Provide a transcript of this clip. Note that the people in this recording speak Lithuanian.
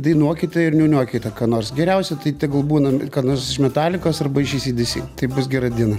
dainuokite ir niūniuokite ką nors geriausia tai tegul būna ką nors iš metalikos arba iš acdc tai bus gera diena